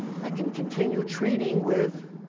i can continue treating with